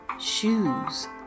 Shoes